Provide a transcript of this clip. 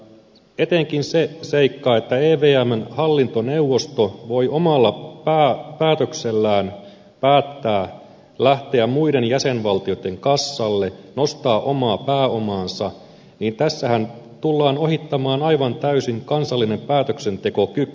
etenkin sen seikan perusteella että evmn hallintoneuvosto voi omalla päätöksellään päättää lähteä muiden jäsenvaltioitten kassalle nostaa omaa pääomaansa tässä tullaan ohittamaan aivan täysin kansallinen päätöksentekokyky